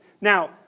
Now